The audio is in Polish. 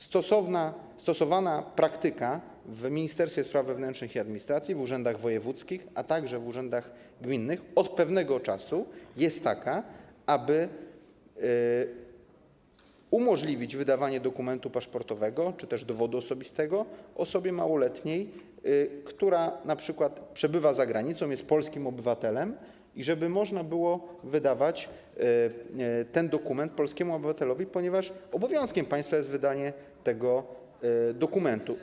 Stosowana praktyka w Ministerstwie Spraw Wewnętrznych i Administracji, w urzędach wojewódzkich, a także w urzędach gminnych od pewnego czasu jest taka, aby umożliwić wydawanie dokumentu paszportowego czy też dowodu osobistego osobie małoletniej, która np. przebywa za granicą, jest polskim obywatelem, i żeby można było wydawać ten dokument polskiemu obywatelowi, ponieważ obowiązkiem państwa jest wydanie tego dokumentu.